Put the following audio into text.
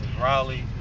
Raleigh